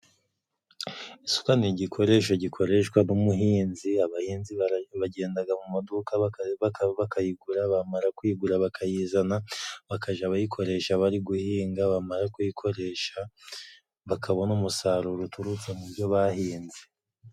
Isuka ni igikoresho gikoreshwa n'umuhinzi. Abahinzi bara bagendaga mu maduka baka bakayigura, bamara kugura bakayizana bakaja bayikoresha bari guhinga, bamara kuyikoresha bakabona umusaruro uturutse mu byo bahinze.